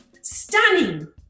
stunning